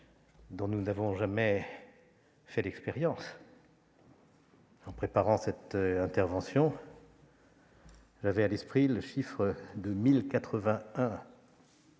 dont nous n'avions jamais fait l'expérience. En préparant cette intervention, j'avais à l'esprit le chiffre de 1 081